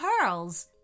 pearls